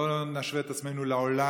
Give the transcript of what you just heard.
לא נשווה את עצמנו לעולם,